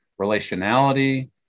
relationality